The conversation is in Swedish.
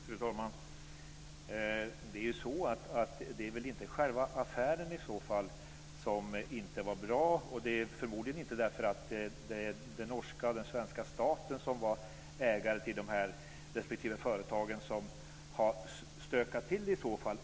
Fru talman! Det är ju så att det väl inte är själva affären i så fall som inte var bra och det är förmodligen inte det faktum att det är den norska och den svenska staten som är ägare till respektive företag som i så fall har stökat till det.